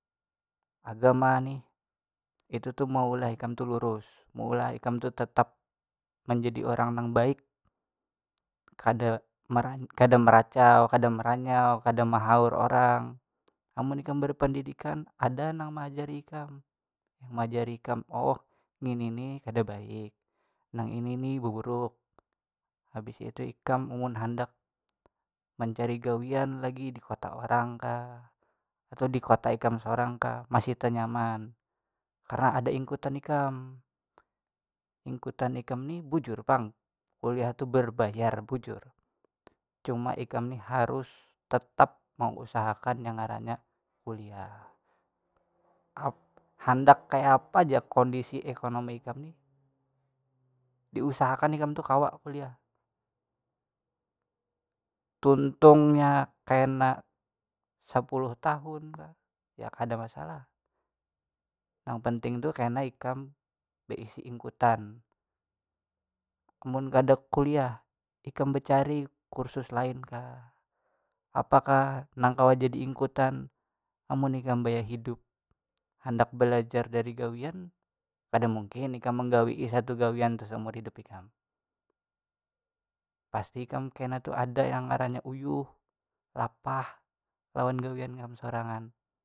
Agama nih itu tuh meulah ikam tu lurus meulah ikam tu tetap menjadi orang nang baik, kada- kada meracau kada meranyau kada mehaur orang amun ikam barpandidikan ada nang meajari kam oh ngini ni kada baik nang ini ni buruk habis itu ikam amun handak mancari gawian lagi di kota orang kah atau di kota sorang kam kah masih tanyaman, karena ada ingkutan ikam, ingkutan ikam ni bujur pang kuliah tu berbayar bujur cuma ikam ni harus tetap meusahakan yang ngarannya kuliah hap- handak kayapa ja kondisi ekonomi kam ni diusahakan kam ni kawa kuliah tuntungnya kena sapuluh tahun kah ya kada masalah, nang penting tu kam kena beisi ingkutan, mun kada kuliah kam bacari kursus lain kah apa kah nang kawa jadi ingkutan amun ikam baya hidup handak balajar dari gawian kada mungkin ikam mengawii satu gawian tu saumur hidup ikam pasti kam tu kena ada yang ngarannya uyuh lapah lawan gawian kam sorangan.